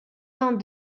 vingt